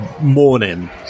morning